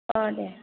अ दे